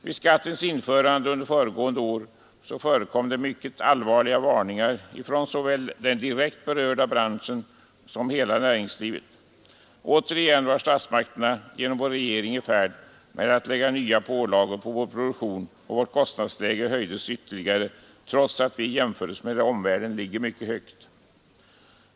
Vid skattens införande under föregående år förekom det mycket allvarliga varningar från såväl den direkt berörda branschen som hela näringslivet. Återigen var statsmakterna genom vår regering i färd med att lägga nya pålagar på vår produktion, och vårt kostnadsläge höjdes ytterligare, trots att vi i jämförelse med omvärlden låg mycket högt.